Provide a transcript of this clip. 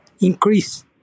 increase